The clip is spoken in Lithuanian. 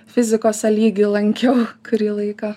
fizikos a lygį lankiau kurį laiką